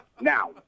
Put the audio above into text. now